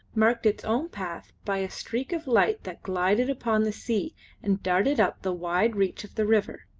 marked its own path by a streak of light that glided upon the sea and darted up the wide reach of the river,